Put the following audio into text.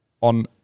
on